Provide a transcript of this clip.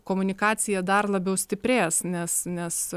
komunikacija dar labiau stiprės nes nes